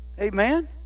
amen